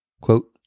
Quote